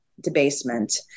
debasement